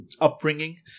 upbringing